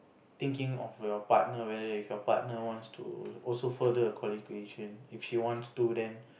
thinking of your partner whether if your partner wants to also wants to further her qualifications if she also wants to then